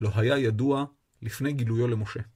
לא היה ידוע לפני גילויו למשה.